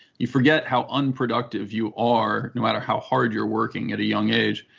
you forget how unproductive you are, no matter how hard you're working, at a young age.